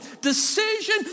decision